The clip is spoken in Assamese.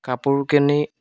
কাপোৰ কানি